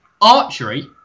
archery